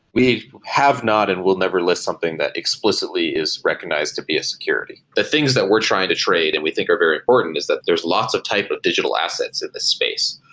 we have not and we'll never list something that explicitly is recognized to be a security. the things that we're trying to trade and we think are very important is that there is lots of type of digital assets in the space.